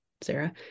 Sarah